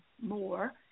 more